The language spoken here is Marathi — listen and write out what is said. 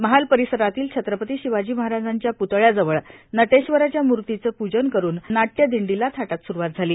महाल परिसरातील छत्रपती शिवाजी महाराजांच्या प्तळ्याजवळ नटेश्वराच्या मूर्तीचे पूजन करून नाट्यदिंडीला थाटात स्रुवात झाली